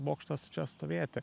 bokštas čia stovėti